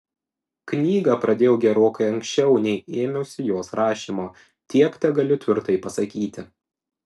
knygą pradėjau gerokai anksčiau nei ėmiausi jos rašymo tiek tegaliu tvirtai pasakyti